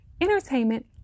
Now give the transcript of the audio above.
entertainment